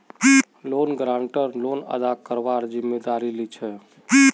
loan guarantor loan अदा करवार जिम्मेदारी लीछे